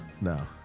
No